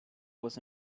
was